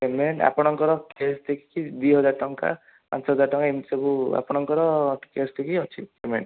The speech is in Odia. ପେମେଣ୍ଟ୍ ଆପଣଙ୍କର ଟେଷ୍ଟ ଦେଖିକି ଦୁଇ ହଜାର ଟଙ୍କା ପାଞ୍ଚ ହଜାର ଟଙ୍କା ଏମିତି ସବୁ ଆପଣଙ୍କର ଟେଷ୍ଟ ଦେଖିକି ଅଛି ପେମେଣ୍ଟ୍